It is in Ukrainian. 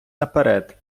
наперед